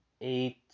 eight